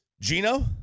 Gino